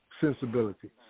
sensibilities